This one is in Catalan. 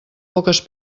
poques